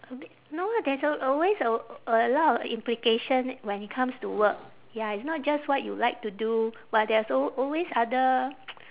a b~ no lah there's al~ always a a lot of implication when it comes to work ya it's not just what you like to do but there's al~ always other